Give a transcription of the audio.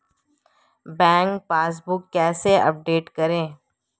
Bank passbook कैसे update करें?